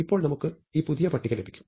ഇപ്പോൾ നമുക്ക് ഈ പുതിയ പട്ടിക ലഭിക്കും